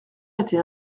était